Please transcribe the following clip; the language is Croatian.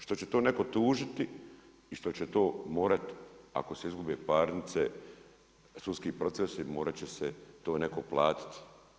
Što će to netko tužiti i što će to morati, ako se izgube parnice, sudski procesi, morat će se i to netko platiti.